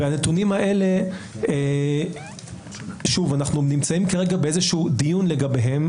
והנתונים האלה אנחנו נמצאים כרגע בדיון לגביהם,